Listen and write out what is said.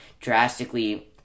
drastically